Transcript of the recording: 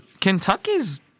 Kentucky's